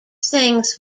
things